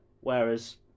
Whereas